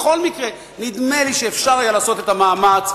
בכל מקרה, נדמה לי שאפשר היה לעשות את המאמץ.